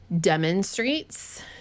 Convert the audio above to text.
demonstrates